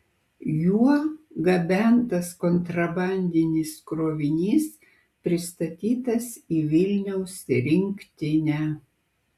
juo gabentas kontrabandinis krovinys pristatytas į vilniaus rinktinę